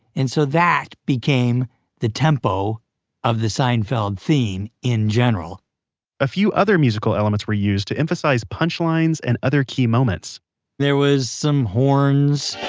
and so, that became the tempo of the seinfeld theme, in general a few other musical elements were used to emphasize punchlines and other key moments there was some horns.